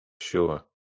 Sure